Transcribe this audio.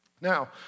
now